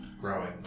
growing